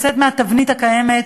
לצאת מהתבנית הקיימת,